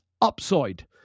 upside